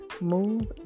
Move